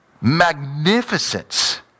magnificence